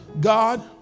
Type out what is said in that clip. God